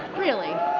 really.